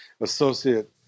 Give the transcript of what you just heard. associate